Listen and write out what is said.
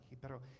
pero